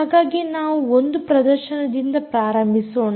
ಹಾಗಾಗಿ ನಾವು ಒಂದು ಪ್ರದರ್ಶನದಿಂದ ಪ್ರಾರಂಭಿಸೋಣ